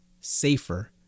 safer